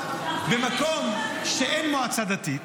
במקום שאין בו מועצה דתית,